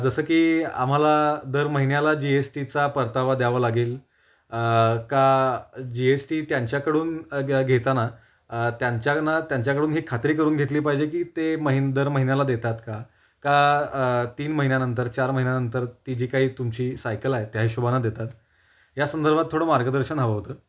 जसं की आम्हाला दर महिन्याला जी एस टीचा परतावा द्यावं लागेल का जी एस टी त्यांच्याकडून घेताना त्यांच्याना त्यांच्याकडून ही खात्री करून घेतली पाहिजे की ते महिन दर महिन्याला देतात का का तीन महिन्यानंतर चार महिन्यानंतर ती जी काही तुमची सायकल आहे त्या हिशोबाने देतात या संदर्भात थोडं मार्गदर्शन हवं होतं